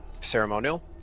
ceremonial